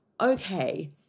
Okay